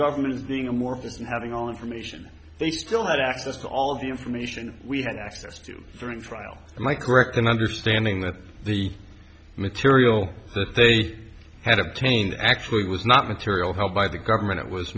government as being amorphous and having all information they still had access to all of the information we had access to during trial and my correct in understanding that the material that they had obtained actually was not material held by the government it was